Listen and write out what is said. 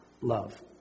love